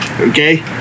okay